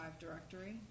directory